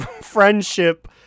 friendship